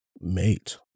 Mate